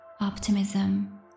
optimism